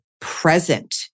present